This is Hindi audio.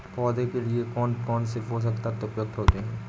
पौधे के लिए कौन कौन से पोषक तत्व उपयुक्त होते हैं?